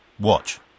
watch